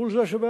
מול זה שבעבר